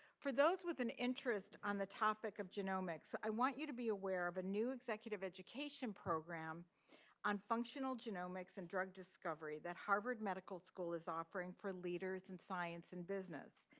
for those with an interest on the topic of genomics, i want you to be aware of a new executive education program on functional genomics in drug discovery that harvard medical school is offering for leaders in science and business.